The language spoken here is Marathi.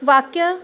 वाक्य